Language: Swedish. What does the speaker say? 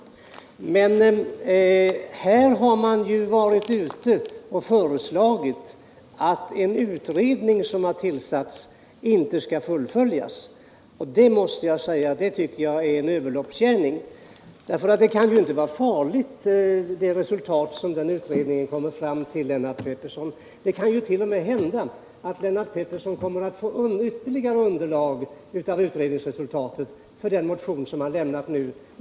Emellertid har motionärerna föreslagit att en utredning som har tillsatts inte skall fullföljas, och det måste jag säga är en överloppsgärning. Det resultat som utredningen kommer fram till kan ju inte vara farligt, utan det kant.o.m. hända att det ger Lennart Pettersson ytterligare underlag för den motion som han har väckt.